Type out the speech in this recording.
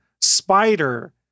Spider